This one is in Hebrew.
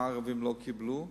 מה הערבים לא קיבלו,